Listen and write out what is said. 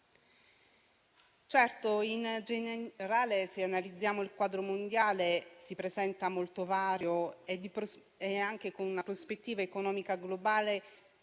Certo, in generale, se lo analizziamo, il quadro mondiale si presenta molto vario e anche con una prospettiva economica globale